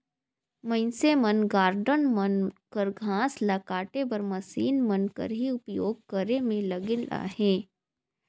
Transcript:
मइनसे मन गारडन मन कर घांस ल काटे बर मसीन मन कर ही उपियोग करे में लगिल अहें